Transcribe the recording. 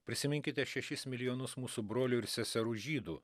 prisiminkite šešis milijonus mūsų brolių ir seserų žydų